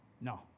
No